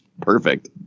perfect